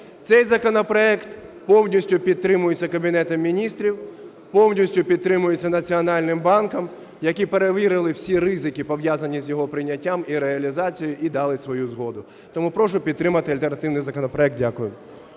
Цей законопроект повністю підтримується Кабінетом Міністрів, повністю підтримується Національним банком, які перевірили всі ризики, пов'язані з його прийняттям і реалізацією, і дали свою згоду. Тому прошу підтримати альтернативний законопроект. Дякую.